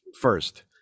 first